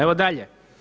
Evo dalje.